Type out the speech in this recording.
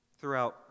throughout